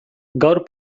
gaur